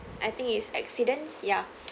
I think it's accidents ya